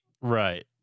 Right